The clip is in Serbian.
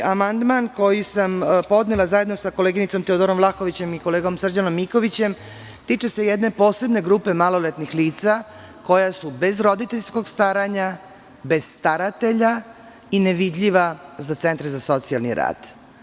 Amandman koji sam podnela zajedno sa koleginicom Teodorom Vlahović i kolegom Srđanom Mikovićem se tiče jedne posebne grupe maloletnih lica koja su bez roditeljskog staranja, bez staratelja i nevidljiva za centre za socijalni rad.